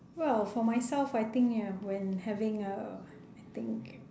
well for myself I think ya when having uh I think